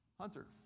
Hunter